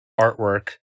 artwork